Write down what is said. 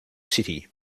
city